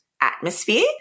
atmosphere